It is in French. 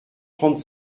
trente